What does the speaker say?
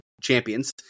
champions